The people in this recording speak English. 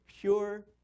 pure